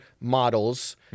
models